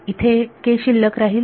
इथे k शिल्लक राहील